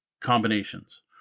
combinations